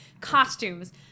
costumes